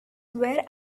where